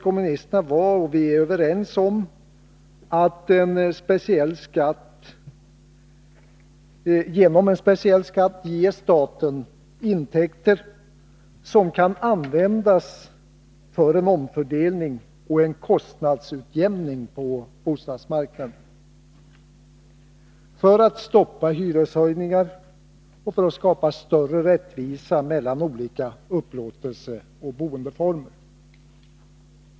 Vpk var och är överens med regeringen om att genom en speciell skatt ge staten intäkter som kan användas för en omfördelning och en kostnadsutjämning på bostadsmarknaden, för att stoppa hyreshöjningar och för att skapa större rättvisa mellan olika upplåtelseoch boendeformer.